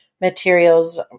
materials